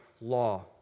Law